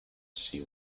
she